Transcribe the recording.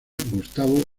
gustavo